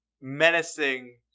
menacing